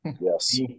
Yes